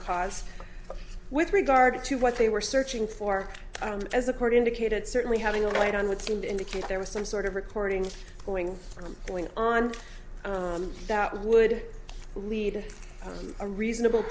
cause with regard to what they were searching for as accord indicated certainly having a light on would seem to indicate there was some sort of recording going from going on that would lead a reasonable